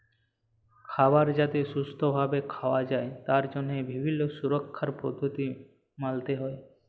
খাবার যাতে সুস্থ ভাবে খাওয়া যায় তার জন্হে বিভিল্য সুরক্ষার পদ্ধতি মালতে হ্যয়